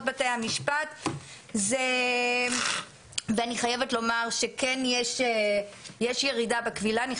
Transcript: בתי המשפט ואני חייבת לומר שיש ירידה בכבילה אבל